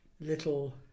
little